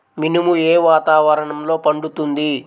మినుము ఏ వాతావరణంలో పండుతుంది?